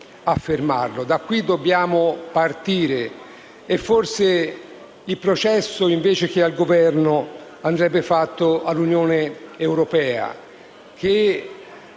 Da qui dobbiamo partire. E forse il processo, invece che al Governo, andrebbe fatto all'Unione europea, che